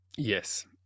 Yes